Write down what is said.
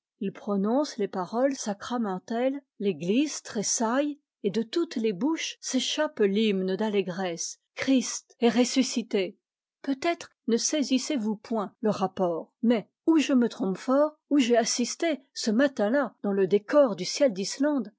il prononce les paroles sacramentelles l'église tressaille et de toutes les bouches s'échappe l'hymne d'allégresse christ est ressuscité peut-être ne saisissez-vous point le rapport mais ou je me trompe fort ou j'ai assisté ce matin-là dans le décor du ciel d'islande